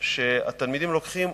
שהתלמידים לוקחים,